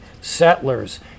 settlers